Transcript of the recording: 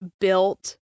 built